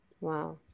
Wow